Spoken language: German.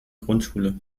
grundschule